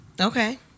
Okay